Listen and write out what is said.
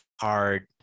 hard